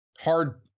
hard